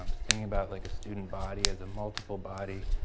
um thinking about like a student body as a multiple body.